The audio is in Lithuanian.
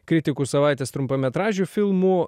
kritikų savaitės trumpametražių filmų